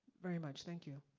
very much. thank you.